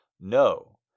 No